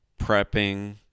Prepping